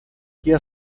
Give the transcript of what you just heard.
hier